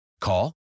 Call